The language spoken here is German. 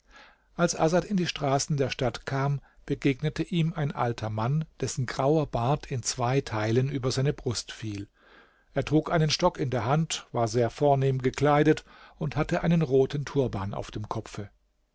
als asad in die straßen der stadt kam begegnete ihm ein alter mann dessen grauer bart in zwei teilen über seine brust fiel er trug einen stock in der hand war sehr vornehm gekleidet und hatte einen roten turban auf dem kopfe